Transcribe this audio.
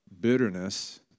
bitterness